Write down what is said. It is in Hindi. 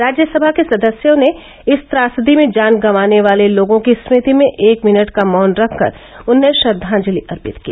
राज्यसमा के सदस्यों ने इस त्रासदी में जान गंवाने वाले लोगों की स्मृति में एक मिनट मौन खड़े होकर उन्हें श्रद्वांजलि अर्पित की